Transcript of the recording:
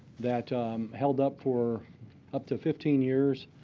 that held up for up to fifteen years.